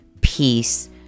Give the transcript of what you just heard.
peace